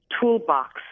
toolbox